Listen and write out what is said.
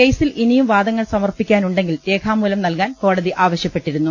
കേസിൽ ഇനിയും വാദങ്ങൾ സമർപ്പിക്കാനുണ്ടെ ങ്കിൽ രേഖാമൂലം നൽകാൻ കോടതി ആവശ്യപ്പെട്ടിരുന്നു